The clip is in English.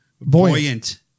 buoyant